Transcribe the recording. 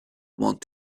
want